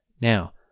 Now